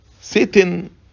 Satan